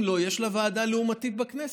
אם לא, יש לה ועדה לעומתית בכנסת.